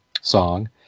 song